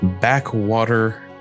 backwater